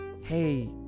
hey